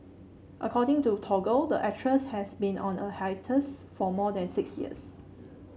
according to Toggle the actress has been on a hiatus for more than six years